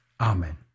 Amen